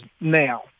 now